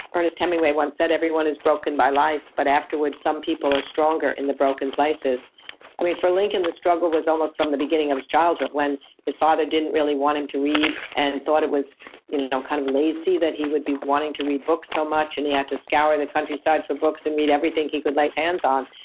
ernest hemingway once said, everyone is broken by life, but afterwards some people are stronger in the broken places for lincoln the struggle was almost from the beginning of his childhood. when his father didn't really want him to read, and thought it was kind of lazy that he would be wanting to read books so much. and he had to scour the countryside for books, and read everything he could lay his hands on.